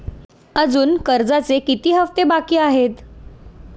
अजुन कर्जाचे किती हप्ते बाकी आहेत?